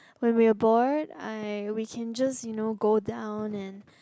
when we're bored I we can just you know go down and